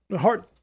heart